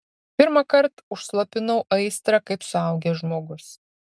pirmąkart užslopinau aistrą kaip suaugęs žmogus